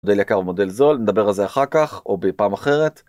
מודל יקר מודל זול נדבר על זה אחר כך או בפעם אחרת.